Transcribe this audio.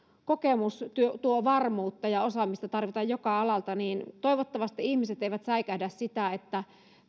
kokemus tuo varmuutta ja osaamista tarvitaan joka alalta toivottavasti ihmiset eivät säikähdä sitä että